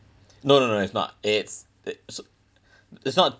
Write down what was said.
no no no it's not it's it so it's not